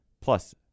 Plus